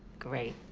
great.